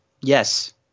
Yes